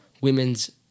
women's